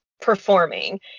performing